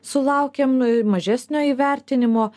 sulaukėm mažesnio įvertinimo